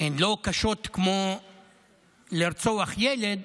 הן לא קשות כמו לרצוח ילד,